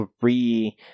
three